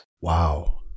Wow